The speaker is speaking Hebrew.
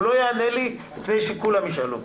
הוא לא יענה לי לפני שכולם ישאלו.